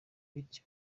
bityo